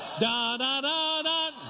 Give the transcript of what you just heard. Da-da-da-da